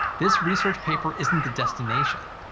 this research paper isn't the destination,